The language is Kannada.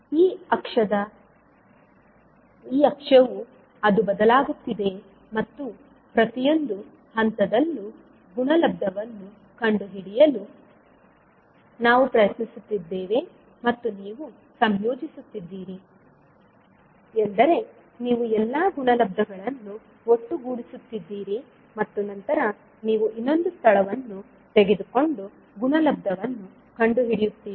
ಈ ಅಕ್ಷವು ಅದು ಬದಲಾಗುತ್ತಿದೆ ಮತ್ತು ಪ್ರತಿಯೊಂದು ಹಂತದಲ್ಲೂ ಗುಣಲಬ್ಧವನ್ನು ಕಂಡುಹಿಡಿಯಲು ನಾವು ಪ್ರಯತ್ನಿಸುತ್ತಿದ್ದೇವೆ ಮತ್ತು ನೀವು ಸಂಯೋಜಿಸುತ್ತಿದ್ದೀರಿ ಎಂದರೆ ನೀವು ಎಲ್ಲಾ ಗುಣಲಬ್ಧಗಳನ್ನು ಒಟ್ಟುಗೂಡಿಸುತ್ತಿದ್ದೀರಿ ಮತ್ತು ನಂತರ ನೀವು ಇನ್ನೊಂದು ಸ್ಥಳವನ್ನು ತೆಗೆದುಕೊಂಡು ಗುಣಲಬ್ಧವನ್ನು ಕಂಡುಹಿಡಿಯುತ್ತೀರಿ